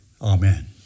Amen